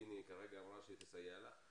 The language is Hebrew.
היא כרגע אמרה שהיא תסייע לך.